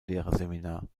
lehrerseminar